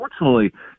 unfortunately